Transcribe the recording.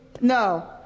No